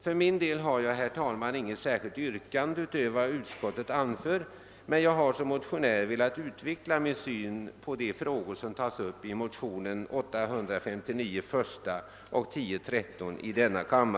För min del har jag, herr talman, inget särskilt yrkande utöver utskottets, men jag har som motionär velat utveckla min syn på de frågor som tas upp i de likalydande motionerna I: 859 och II: 1013.